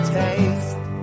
taste